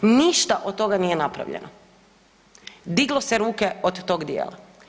Ništa od toga nije napravljeno, diglo se ruke od tog dijela.